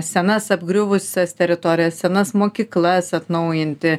senas apgriuvusias teritorijas senas mokyklas atnaujinti